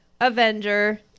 Avenger